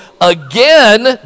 again